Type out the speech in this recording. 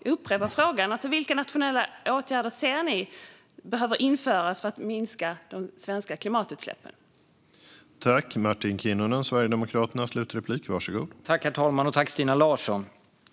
Jag upprepar alltså frågan: Vilka nationella åtgärder ser ni behöver införas för att de svenska klimatutsläppen ska minska?